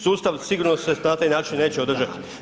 Sustav sigurno se na taj način neće održati.